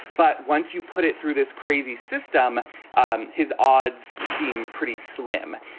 but once you put it through this crazy system um his odds seem pretty slim.